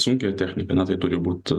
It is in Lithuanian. sunkiąją techniką na tai turi būt